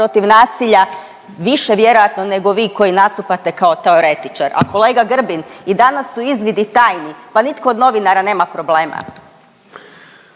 protiv nasilja više vjerojatno nego vi koji nastupate kao teoretičar, a kolega Grbin i danas su izvidi tajni pa nitko od novinara nema problema.